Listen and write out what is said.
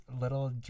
little